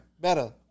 better